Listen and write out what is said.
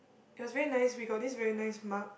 it was very nice we got this very nice mug